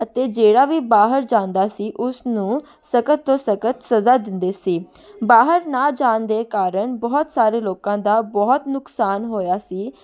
ਅਤੇ ਜਿਹੜਾ ਵੀ ਬਾਹਰ ਜਾਂਦਾ ਸੀ ਉਸਨੂੰ ਸਖ਼ਤ ਤੋਂ ਸਖ਼ਤ ਸਜ਼ਾ ਦਿੰਦੇ ਸੀ ਬਾਹਰ ਨਾ ਜਾਣ ਦੇ ਕਾਰਨ ਬਹੁਤ ਸਾਰੇ ਲੋਕਾਂ ਦਾ ਬਹੁਤ ਨੁਕਸਾਨ ਹੋਇਆ ਸੀ